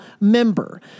member